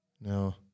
No